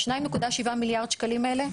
2.7 מיליארד השקלים האלה.